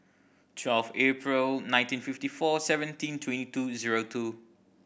twelve April nineteen fifty four seventeen twenty two zero two